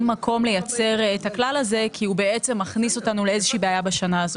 מקום לייצר את הכלל זה כי הוא בעצם מכניס אותנו לאיזושהי בעיה בשנה הזאת.